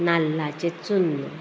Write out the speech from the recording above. नाल्लाचें चून